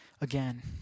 again